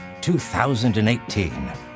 2018